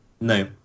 No